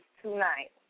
tonight